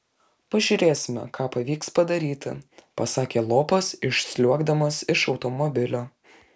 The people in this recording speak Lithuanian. pažiūrėsime ką pavyks padaryti pasakė lopas išsliuogdamas iš automobilio